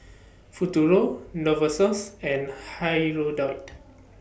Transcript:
Futuro Novosource and Hirudoid